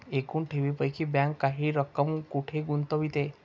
एकूण ठेवींपैकी बँक काही रक्कम कुठे गुंतविते?